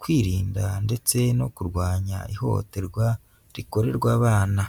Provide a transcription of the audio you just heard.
kwirinda ndetse no kurwanya ihohoterwa rikorerwa abana.